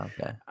Okay